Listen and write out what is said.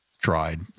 tried